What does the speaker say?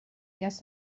guess